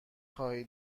خواهی